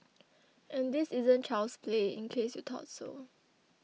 and this isn't child's play in case you thought so